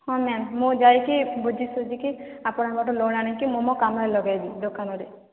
ହଁ ମ୍ୟାମ ମୁଁ ଯାଇକି ବୁଝି ଶୁଝିକି ଆପଣଙ୍କ ଠୁ ଲୋନ୍ ଆଣିକି ମୁଁ ମୋ କାମରେ ଲଗାଇବି ଦୋକାନରେ